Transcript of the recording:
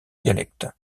dialectes